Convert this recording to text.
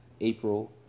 April